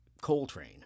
Coltrane